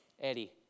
Eddie